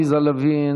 עליזה לביא,